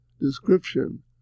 description